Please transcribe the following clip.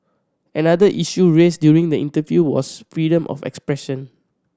another issue raised during the interview was freedom of expression